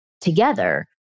together